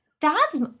Dads